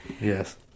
Yes